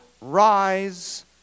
rise